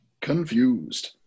confused